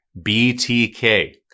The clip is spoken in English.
BTK